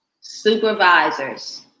Supervisors